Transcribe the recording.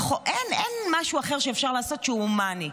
אין משהו אחר שאפשר לעשות שהוא הומני.